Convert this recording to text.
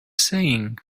saying